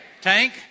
Tank